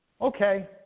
Okay